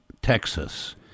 Texas